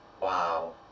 Wow